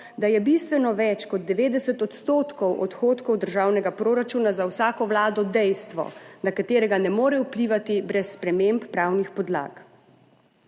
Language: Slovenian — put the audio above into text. da je bistveno več kot 90 % odhodkov državnega proračuna za vsako vlado dejstvo, na katerega ne more vplivati brez sprememb pravnih podlag.